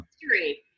history